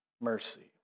mercy